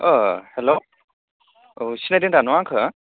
अ hello औ सिनायदों दा नों आंखौ